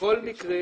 בכל מקרה